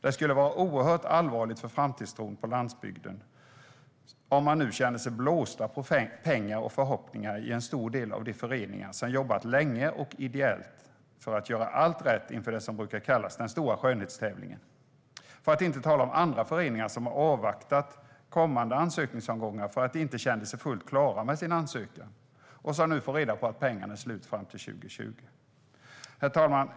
Det skulle vara oerhört allvarligt för framtidstron på landsbygden om man nu känner sig blåst på pengar och förhoppningar i en stor del av de föreningar som jobbat länge och ideellt för att göra allt rätt inför det som brukar kallas den stora skönhetstävlingen - för att inte tala om andra föreningar som avvaktat till kommande ansökningsomgångar för att de inte kände sig fullt klara med sin ansökan och som nu får veta att pengarna är slut fram till 2020. Herr talman!